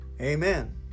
Amen